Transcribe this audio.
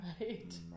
Right